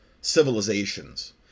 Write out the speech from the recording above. civilizations